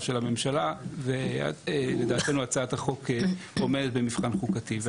של הממשלה ולדעתנו הצעת החוק עומדת במבחן חוקתי.